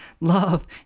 love